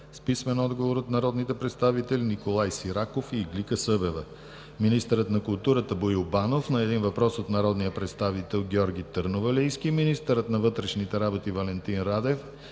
с писмен отговор от народните представители Николай Сираков и Иглика Събева; - министърът на културата Боил Банов – на един въпрос от народния представител Георги Търновалийски; - министърът на вътрешните работи Валентин Радев